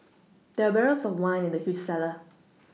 there were barrels of wine in the huge cellar